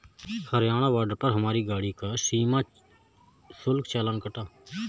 Haryana border पर हमारी गाड़ी का सीमा शुल्क चालान कटा